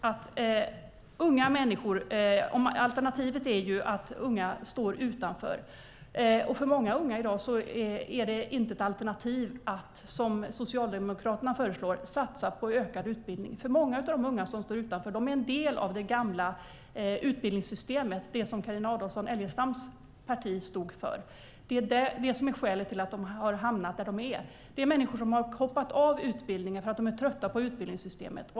Alternativet är att unga står utanför, och för många unga i dag är det inte ett alternativ att, som Socialdemokraterna föreslår, satsa på ökad utbildning, för många av de unga som står utanför är en del av det gamla utbildningssystemet som Carina Adolfsson Elgestams parti stod för. Det är det som är skälet till att de har hamnat där de är. De har hoppat av utbildningar för att de är trötta på utbildningssystemet.